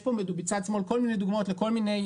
יש פה בצד שמאל כל מיני דוגמאות לכל מיני